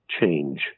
change